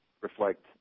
reflect